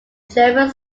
german